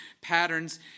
patterns